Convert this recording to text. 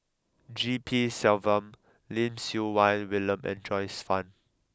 G P Selvam Lim Siew Wai William and Joyce Fan